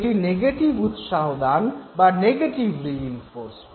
এটি নেতিবাচক উৎসাহদান বা নেগেটিভ রিইনফোর্সমেন্ট